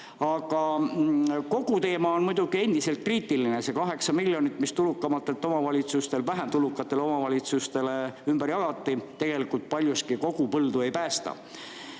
Aga teema on muidugi endiselt kriitiline. See 8 miljonit, mis tulukamatelt omavalitsustelt vähem tulukatele omavalitsustele ümber jagati, paljuski kogu põldu ei päästa.